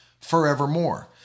forevermore